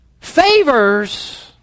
favors